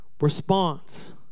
response